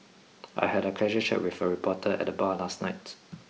I had a casual chat with a reporter at the bar last night